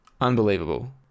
Unbelievable